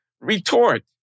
retort